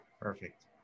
Perfect